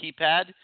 keypad